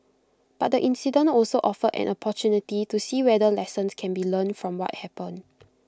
but the incident also offered an opportunity to see whether lessons can be learned from what happened